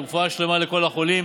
רפואה שלמה לכל החולים.